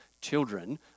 children